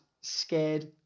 scared